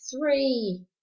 Three